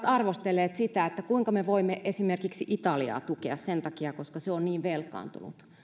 arvostellut sitä kuinka me voimme esimerkiksi italiaa tukea sen takia että se on niin velkaantunut